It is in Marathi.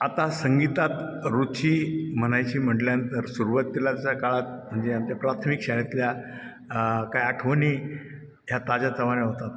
आता संगीतात रुची म्हणायची म्हटल्यानंतर सुरवातीलाच्या काळात म्हणजे आमच्या प्राथमिक शाळेतल्या काय आठवणी ह्या ताज्या तवान्या होतात